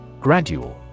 Gradual